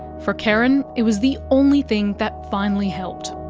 for karen, it was the only thing that finally helped.